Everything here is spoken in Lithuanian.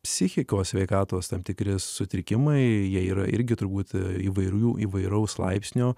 psichikos sveikatos tam tikri sutrikimai jie yra irgi turbūt įvairių įvairaus laipsnio